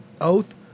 oath